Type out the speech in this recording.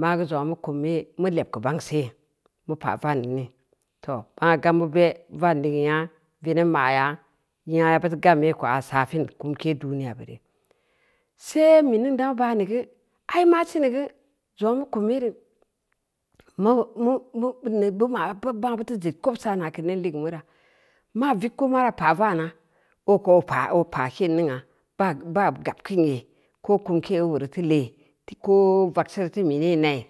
maagu zongna mu kum yee mu leb keu bang see, mu pa’ vom ni, too, bangna gammu ba’ vanneu nyengna, veneb ma’ya, nyengna buteu gam yee ko aa sofin kumke duniya be re, see monning damu banneu geu, ai maa sineu geu, zongna mu kum yere, nengnu nong bu ma’ bangna buteu zed kob saana keu nong ligeu mura, maa vigku maa pa’ vaana, ooko oo paa keen ningna baa ba gabkeni, ko kumke obube reu teu lee, ko vagseu reu feu menee nai.